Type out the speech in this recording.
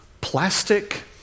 plastic